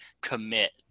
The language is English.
commit